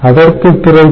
பிறகு அதற்கு 0